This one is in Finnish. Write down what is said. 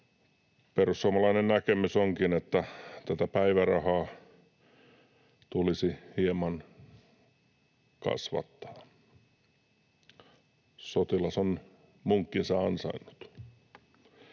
Perussuomalainen näkemys onkin, että tätä päivärahaa tulisi hieman kasvattaa. Sotilas on munkkinsa ansainnut.